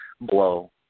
blow